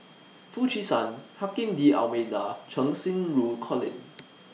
Foo Chee San Joaquim D'almeida and Cheng Xinru Colin